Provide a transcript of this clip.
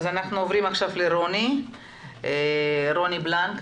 אנחנו עוברים לרוני בלנק,